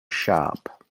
sharp